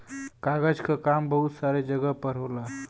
कागज क काम बहुत सारे जगह पर होला